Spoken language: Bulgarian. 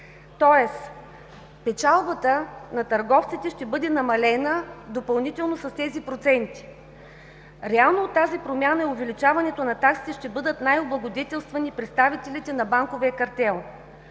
тоест печалбата на търговците ще бъде намалена допълнително с тези проценти. Реално от тази промяна и увеличаването на таксите ще бъдат най-облагодетелствани представителите на банковия картел.